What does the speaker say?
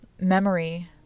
memory